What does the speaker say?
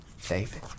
David